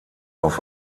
auf